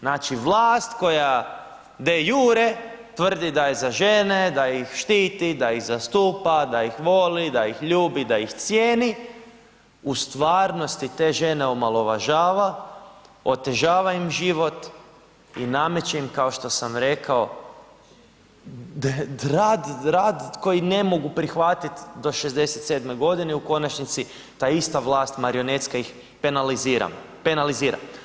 Znači vlast koja de iure tvrdi da je za žene, da ih štiti, da ih zastupa, da ih voli, da ih ljubi, da ih cijeni u stvarnosti te žene omalovažava, otežava im život i nameće im kao što sam rekao rad, rad koji ne mogu prihvatiti do 67 godine i u konačnici ta ista vlast marionetska ih penalizira.